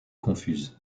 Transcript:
confuses